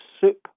soup